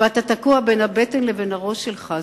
ואתה תקוע בין הבטן לבין הראש שלך.